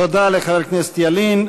תודה לחבר הכנסת ילין.